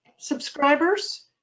subscribers